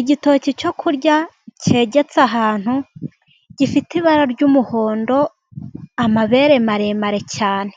Igitoki cyo kurya cyegetse ahantu gifite ibara ry'umuhondo, amabere maremare cyane,